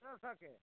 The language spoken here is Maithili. दू सए के